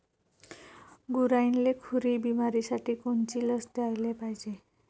गुरांइले खुरी बिमारीसाठी कोनची लस द्याले पायजे?